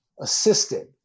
assisted